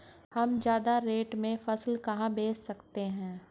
हम ज्यादा रेट में फसल कहाँ बेच सकते हैं?